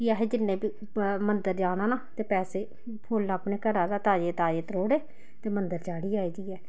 फ्ही असें जेल्लै बी मंदर जाना ना ते पैसे फुल्ल अपने घरा दा ताजे ताजे त्रोड़े ते मंदर चाढ़ी आए जाइयै